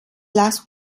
last